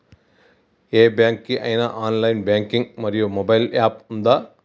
ఏ bank కి ఐనా online banking మరియు మొబైల్ యాప్ ఉందా?